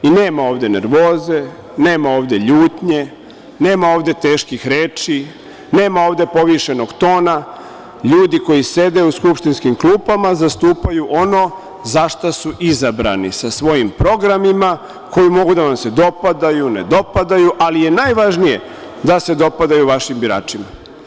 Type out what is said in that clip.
Nema ovde nervoze, nema ovde ljutnje, nema ovde teških reči, nema ovde povišenog tona, ljudi koji sede u skupštinskim klupama zastupaju ono za šta su izabrani sa svojim programima, koji mogu da vam se dopadaju, ne dopadaju, ali je najvažnije da se dopadaju vašim biračima.